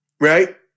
right